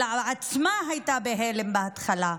אלא עצמה הייתה בהלם בהתחלה,